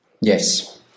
Yes